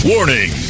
Warning